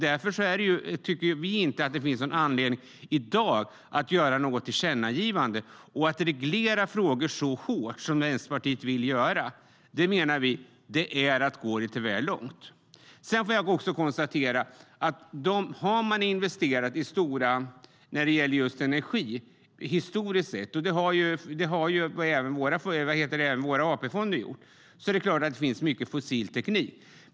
Därför tycker vi inte att det finns någon anledning att göra något tillkännagivande i dag. Att reglera frågor så hårt som Vänsterpartiet vill göra menar vi är att gå lite väl långt. Har man gjort stora investeringar i energi historiskt sett - det har ju även våra AP-fonder gjort - är det klart att det finns mycket fossil teknik.